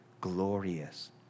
glorious